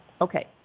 Okay